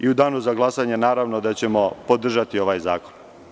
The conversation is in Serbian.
U Danu za glasanje naravno da ćemo podržati ovaj zakon.